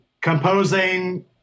composing